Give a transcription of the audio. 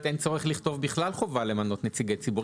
אין צורך לכתוב בכלל חובה למנות נציגי ציבור.